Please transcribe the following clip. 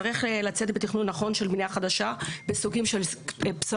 צריך לצאת בתכנון נכון של בנייה חדשה בסוגים של פסולת.